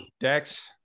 dex